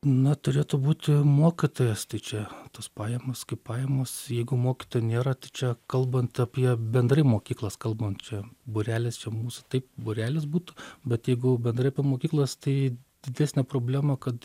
na turėtų būti mokytojas tai čia tos pajamos kaip pajamos jeigu mokytojo nėra čia kalbant apie bendrai mokyklas kalbant čia būrelis čia mūsų tai būrelis būtų bet jeigu bendrai apie mokyklas tai didesnė problema kad